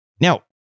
Now